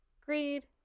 Greed